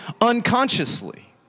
unconsciously